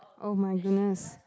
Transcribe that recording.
oh-my-goodness